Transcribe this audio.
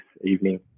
evening